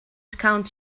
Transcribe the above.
count